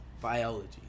biology